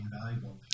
invaluable